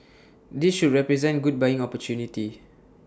this should represent good buying opportunity